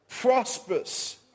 prosperous